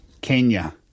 kenya